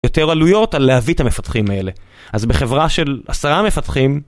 יותר עלויות על להביא את המפתחים האלה אז בחברה של 10 מפתחים.